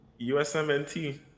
USMNT